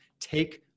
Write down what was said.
Take